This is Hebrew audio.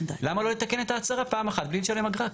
למה לא לתקן את ההצהרה פעם אחת בלי לשלם אגרה?